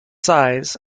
size